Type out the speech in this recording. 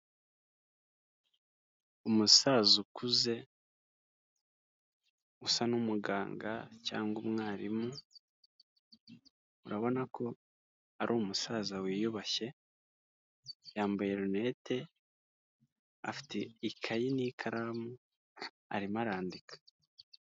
Umusaza ukuze usa n'umuganga cyangwa umwarimu, urabona ko ari umusaza wiyubashye yambaye rinete, afite ikayi n'ikaramu arimo arandika.